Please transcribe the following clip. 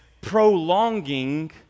prolonging